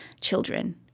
children